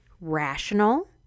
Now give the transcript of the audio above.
rational